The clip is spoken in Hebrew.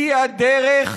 היא הדרך,